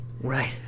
Right